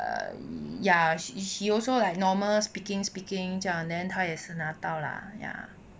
ya he also like normal speaking speaking 这样 then 他也是拿到 lah ya